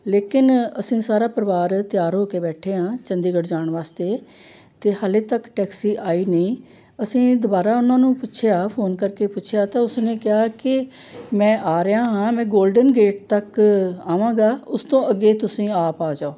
ਲੇਕਿਨ ਅਸੀਂ ਸਾਰਾ ਪਰਿਵਾਰ ਤਿਆਰ ਹੋ ਕੇ ਬੈਠੇ ਹਾਂ ਚੰਡੀਗੜ੍ਹ ਜਾਣ ਵਾਸਤੇ ਤੇ ਹਾਲੇ ਤੱਕ ਟੈਕਸੀ ਆਈ ਨਹੀਂ ਅਸੀਂ ਦੁਬਾਰਾ ਉਹਨਾਂ ਨੂੰ ਪੁੱਛਿਆ ਫੋਨ ਕਰਕੇ ਪੁੱਛਿਆ ਤਾਂ ਉਸਨੇ ਕਿਹਾ ਕਿ ਮੈਂ ਆ ਰਿਹਾ ਹਾਂ ਮੈਂ ਗੋਲਡਨ ਗੇਟ ਤੱਕ ਆਵਾਂਗਾ ਉਸ ਤੋਂ ਅੱਗੇ ਤੁਸੀਂ ਆਪ ਆ ਜਾਉ